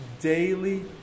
daily